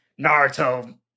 Naruto